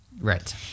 Right